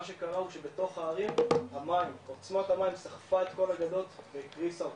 מה שקרה הוא שבתוך הערים עוצמת המים סחפה את כל הגדות והקריסה אותם,